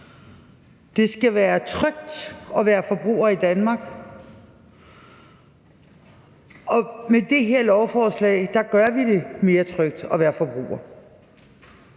Det skal være trygt at være forbruger i Danmark, og med det her lovforslag gør vi det mere trygt at være forbruger.